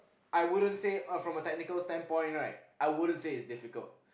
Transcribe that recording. I wouldn't say from a technical standpoint right I wouldn't say it's difficult